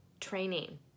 training